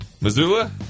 missoula